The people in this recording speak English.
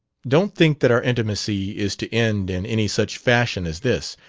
don't think that our intimacy is to end in any such fashion as this,